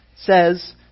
says